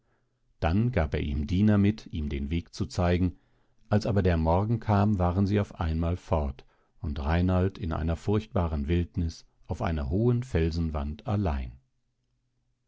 dann gab er ihm diener mit ihm den weg zu zeigen als aber der morgen kam waren sie auf einmal fort und reinald in einer furchtbaren wildniß auf einer hohen felsenwand allein